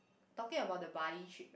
talking about the bali trip